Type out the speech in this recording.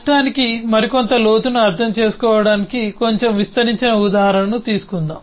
రాష్ట్రానికి మరికొంత లోతును అర్థం చేసుకోవడానికి కొంచెం విస్తరించిన ఉదాహరణను తీసుకుందాం